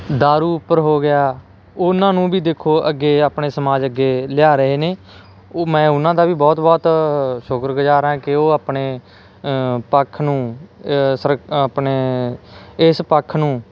ਦਾਰੂ ਉੱਪਰ ਹੋ ਗਿਆ ਉਹਨਾਂ ਨੂੰ ਵੀ ਦੇਖੋ ਅੱਗੇ ਆਪਣੇ ਸਮਾਜ ਅੱਗੇ ਲਿਆ ਰਹੇ ਨੇ ਉਹ ਮੈਂ ਉਹਨਾਂ ਦਾ ਵੀ ਬਹੁਤ ਬਹੁਤ ਸ਼ੁਕਰਗੁਜ਼ਾਰ ਹਾਂ ਕਿ ਉਹ ਆਪਣੇ ਪੱਖ ਨੂੰ ਸੁਰੱਖ ਆਪਣੇ ਇਸ ਪੱਖ ਨੂੰ